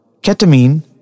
Ketamine